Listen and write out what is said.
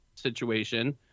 situation